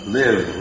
live